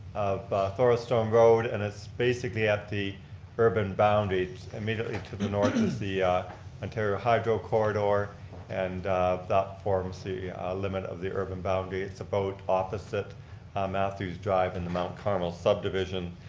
thorastone road and it's basically at the urban boundary immediately to the north is the ontario hydro corridor and that forms the limit of the urban boundary. it's about opposite on matthews drive in the mount carmel subdivision.